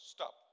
Stop